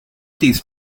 these